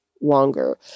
longer